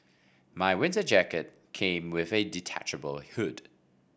my winter jacket came with a detachable hood